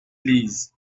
lisent